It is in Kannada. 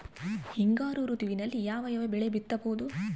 ಹಿಂಗಾರು ಋತುವಿನಲ್ಲಿ ಯಾವ ಯಾವ ಬೆಳೆ ಬಿತ್ತಬಹುದು?